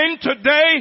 today